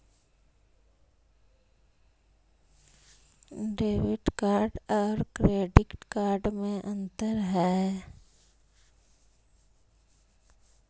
Debit card और credit card में अन्तर है?